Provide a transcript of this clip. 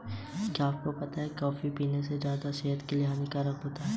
क्या मैं भीम ऐप से बैंक खाते में पैसे ट्रांसफर कर सकता हूँ?